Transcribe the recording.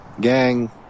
Gang